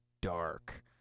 dark